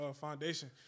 foundation